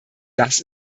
das